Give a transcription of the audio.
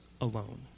alone